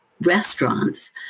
restaurants